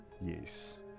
Yes